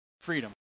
Freedom